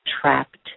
trapped